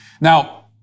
Now